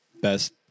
best